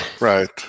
Right